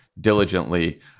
diligently